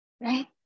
right